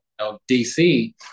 DC